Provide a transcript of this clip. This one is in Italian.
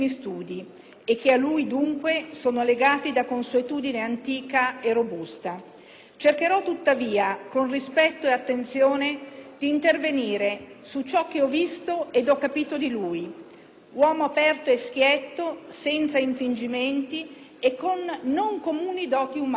e che a lui, dunque, sono legati da consuetudine antica e robusta. Cercherò tuttavia, con rispetto e attenzione, di intervenire su ciò che ho visto e ho capito di lui, uomo aperto e schietto, senza infingimenti e con non comuni doti umane.